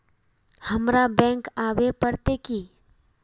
हमरा बैंक आवे पड़ते की?